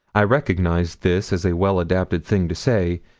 i recognize this as a well-adapted thing to say,